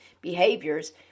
behaviors